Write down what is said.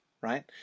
right